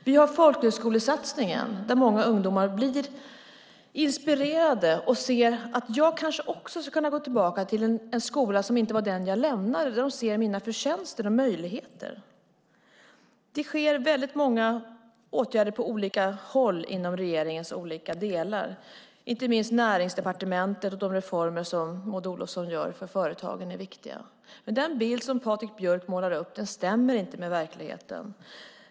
Vi har folkhögskolesatsningen, där många ungdomar blir inspirerade och ser att de kanske också kan gå tillbaka till en skola som inte är den de lämnade utan som ser deras förtjänster och möjligheter. Det vidtas väldigt många åtgärder på olika håll inom regeringen. Inte minst de reformer som Maud Olofsson i Näringsdepartementet gör för företagen är viktiga. Den bild som Patrik Björck målar upp stämmer inte med verkligheten.